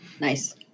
Nice